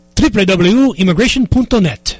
www.immigration.net